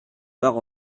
pars